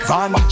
Van